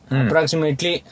approximately